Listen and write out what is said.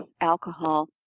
alcohol